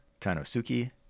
Tanosuki